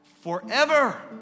forever